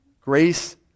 Grace